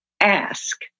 ask